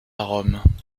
rome